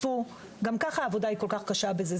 גם ככה העבודה כל כך קשה בזה.